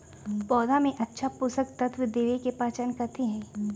पौधा में अच्छा पोषक तत्व देवे के पहचान कथी हई?